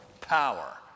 power